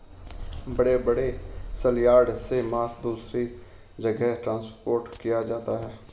बड़े बड़े सलयार्ड से मांस दूसरे जगह ट्रांसपोर्ट किया जाता है